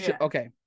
Okay